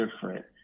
different